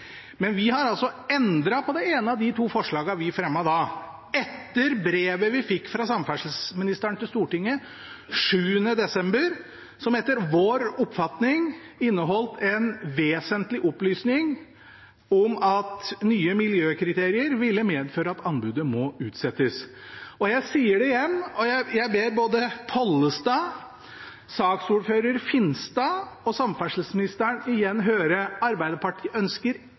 Men vi har altså endret på det ene av de to forslagene vi fremmet da, etter brevet vi fikk fra samferdselsministeren til Stortinget den 7. desember, som etter vår oppfatning inneholdt en vesentlig opplysning om at nye miljøkriterier ville medføre at anbudet må utsettes. Jeg sier det igjen, og jeg ber både representanten Pollestad, saksordfører Finstad og samferdselsministeren igjen høre: Arbeiderpartiet ønsker